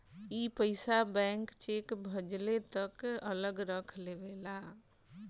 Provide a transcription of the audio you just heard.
ई पइसा bank cheque भजले तक अलग रख लेवेला